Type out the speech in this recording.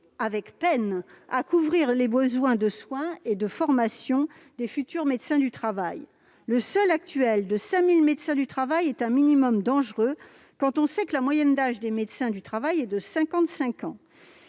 avec peine à couvrir les besoins de soins et de formation des futurs médecins du travail. Le seuil actuel de 5 000 médecins du travail est un minimum dangereux, quand on sait que leur moyenne d'âge est de 55 ans.